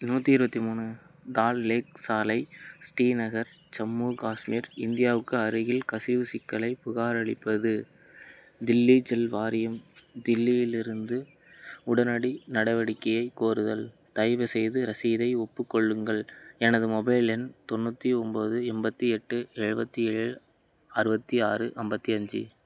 நூற்றி இருபத்தி மூணு தால் லேக் சாலை ஸ்ரீநகர் ஜம்மு காஷ்மீர் இந்தியாவுக்கு அருகில் கசிவு சிக்கலைப் புகாரளிப்பது தில்லி ஜல் வாரியம் தில்லியிலிருந்து உடனடி நடவடிக்கையைக் கோருதல் தயவுசெய்து ரசீதை ஒப்புக் கொள்ளுங்கள் எனது மொபைல் எண் தொண்ணூற்றி ஒம்பது எண்பத்தி எட்டு எழுபத்தி ஏழு அறுபத்தி ஆறு ஐம்பத்தி அஞ்சு